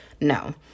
no